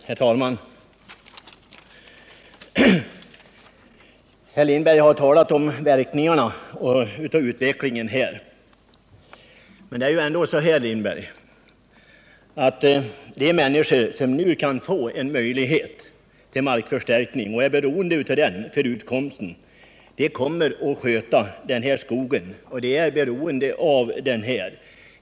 Herr talman! Sven Lindberg har talat om verkningarna av utvecklingen. Men det är ändå så, herr Lindberg, att de människor som nu kan få en möjlighet till markförstärkning och som för sin utkomst är beroende av den, kommer att sköta den här skogen. De är beroende av inkomsten.